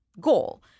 goal